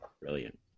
Brilliant